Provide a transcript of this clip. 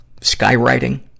skywriting